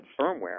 firmware